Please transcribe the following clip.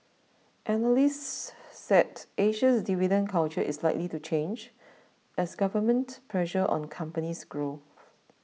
analysts said Asia's dividend culture is likely to change as government pressure on companies grow